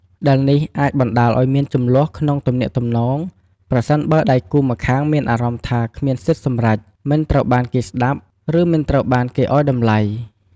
ដែលនេះអាចបណ្ដាលឱ្យមានជម្លោះក្នុងទំនាក់ទំនង ប្រសិនបើដៃគូម្ខាងមានអារម្មណ៍ថាគ្មានសិទ្ធិសម្រេច មិនត្រូវបានគេស្ដាប់ ឬមិនត្រូវបានគេឱ្យតម្លៃ។